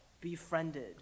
befriended